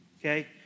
okay